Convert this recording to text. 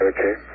Okay